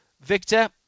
Victor